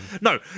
No